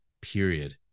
period